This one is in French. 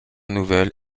nouvel